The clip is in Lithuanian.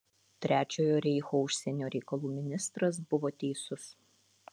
trečiojo reicho užsienio reikalų ministras buvo teisus